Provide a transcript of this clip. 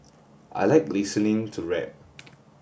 I like listening to rap